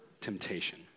temptation